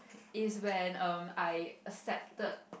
is when um I accepted